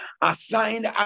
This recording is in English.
assigned